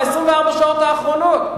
ב-24 שעות האחרונות.